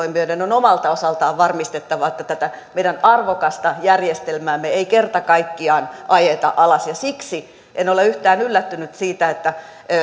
omalta osaltaan varmistettava että tätä meidän arvokasta järjestelmäämme ei kerta kaikkiaan ajeta alas siksi en ole yhtään yllättynyt siitä että